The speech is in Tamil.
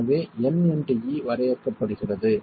எனவே N இன்டு e வரையறுக்கப்படுகிறது